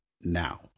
now